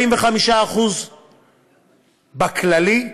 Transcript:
45% בכללי,